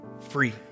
free